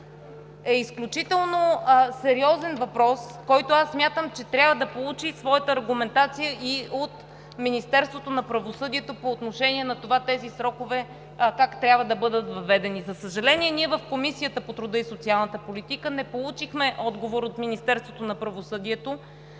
е изключително сериозен въпрос, който аз смятам, че трябва да получи своята аргументация и от Министерството на правосъдието по отношение на това как трябва да бъдат въведени тези срокове. За съжаление, ние в Комисията по труда и социалната политика не получихме отговор от Министерството на правосъдието.